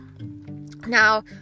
Now